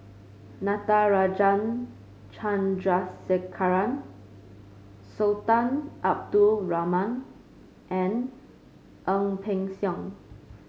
Natarajan Chandrasekaran Sultan Abdul Rahman and Ang Peng Siong